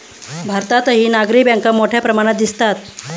भारतातही नागरी बँका मोठ्या प्रमाणात दिसतात